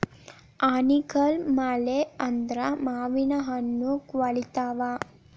ಆನಿಕಲ್ಲ್ ಮಳಿ ಆದ್ರ ಮಾವಿನಹಣ್ಣು ಕ್ವಳಿತಾವ